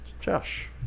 Josh